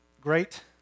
great